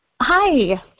Hi